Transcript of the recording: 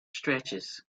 stretches